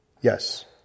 Yes